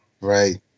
right